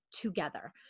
together